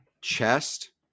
chest